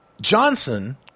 Johnson